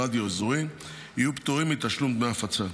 לשידורי רדיו אזוריים יהיו פטורים מתשלום דמי הפצה.